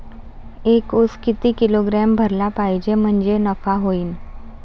एक उस किती किलोग्रॅम भरला पाहिजे म्हणजे नफा होईन?